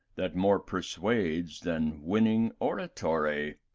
that more persuades than winning oratory?